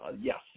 Yes